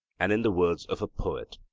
and in the words of a poet,